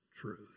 truth